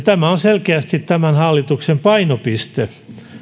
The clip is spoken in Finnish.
tämä on selkeästi tämän hallituksen painopiste